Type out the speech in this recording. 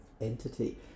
entity